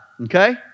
okay